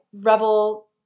rebel